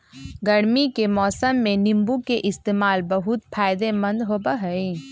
गर्मी के मौसम में नीम्बू के इस्तेमाल बहुत फायदेमंद होबा हई